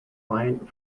client